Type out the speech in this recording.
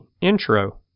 intro